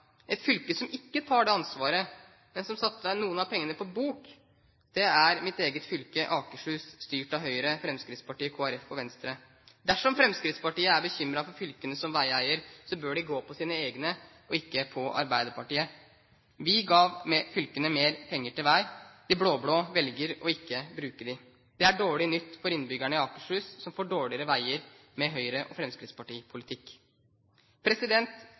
Et fylke som ikke tar det ansvaret, men som satte noen pengene på bok, er mitt eget fylke Akershus, styrt av Høyre, Fremskrittspartiet, Kristelig Folkeparti og Venstre. Dersom Fremskrittspartiet er bekymret for fylkene som veieiere, bør de gå på sine egne og ikke på Arbeiderpartiet. Vi ga fylkene mer penger til vei. De blå-blå velger å ikke bruke dem. Det er dårlig nytt for innbyggerne i Akershus, som får dårligere veier med høyre- og